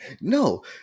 no